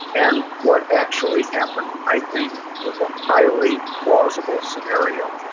and what actually happened i think was a highly plausible scenario.